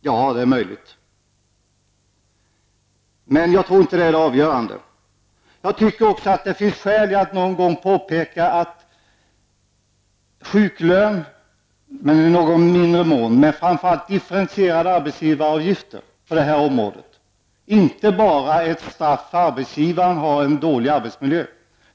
Ja, det är möjligt, men jag tror inte att det är det avgörande. Jag tycker att det finns skäl att någon gång påpeka att sjuklön i mindre mån, men framför allt differentierad arbetsgivaravgift på detta område inte bara är ett straff för att arbetsgivaren har en dålig arbetsmiljö.